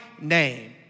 name